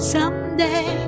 Someday